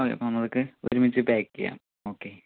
അത് നമുക്ക് ഒരുമിച്ച് പാക്ക്ചെയ്യാം ഓക്കേ